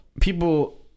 people